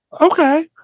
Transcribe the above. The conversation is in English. okay